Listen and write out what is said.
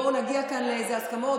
בואו נגיע כאן לאיזה הסכמות,